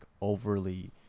overly